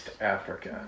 Africa